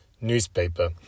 newspaper